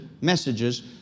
messages